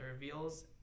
reveals